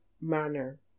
manner